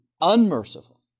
unmerciful